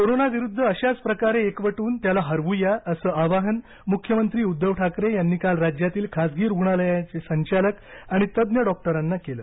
कोरोनाविरुद्ध अशाचप्रकारे एकवट्रन त्याला हरवूया असं आवाहन मुख्यमंत्री उद्धव ठाकरे यांनी काल राज्यातील खासगी रुग्णालयांचे संचालक आणि तज्ज्ञ डॉक्टरांना केलं